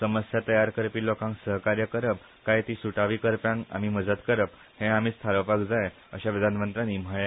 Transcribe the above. समस्या तयार करपी लोकांक सहकार्य करप काय ती सुटावी करप्यांक आमी मजत करप हे आमीच थारावपाक जाय अशे प्रधानमंत्र्यांनी म्हळे